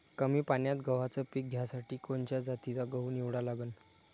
कमी पान्यात गव्हाचं पीक घ्यासाठी कोनच्या जातीचा गहू निवडा लागन?